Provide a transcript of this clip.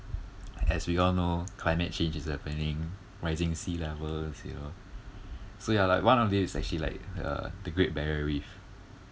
as we all know climate change is happening rising sea levels you know so ya like one of it is actually like the the great barrier reef